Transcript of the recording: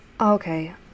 okay